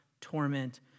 torment